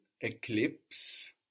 Eclipse